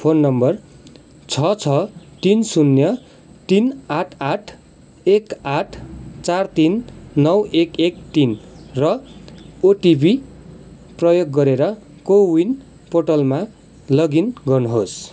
phone number छ छ तिन शून्य तिन आठ आठ एक आठ चार तिन नौ एक एक तिन र ओटिपी प्रयोग गरेर कोविन पोर्टलमा लगइन गर्नुहोस्